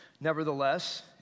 Nevertheless